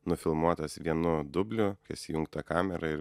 nufilmuotas vienu dubliu kas įjungta kamera ir